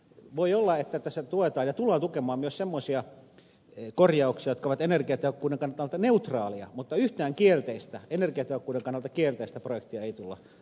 voi olla että tässä tuetaan ja tullaan tukemaan myös semmoisia korjauksia jotka ovat energiatehokkuuden kannalta neutraaleja mutta yhtään kielteistä energiatehokkuuden kannalta kielteistä projektia ei tulla tukemaan